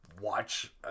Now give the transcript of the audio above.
watch